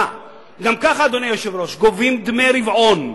מה, גם ככה, אדוני היושב-ראש, גובים דמי רבעון.